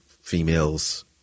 females